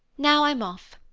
now i'm off.